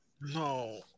No